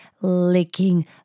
licking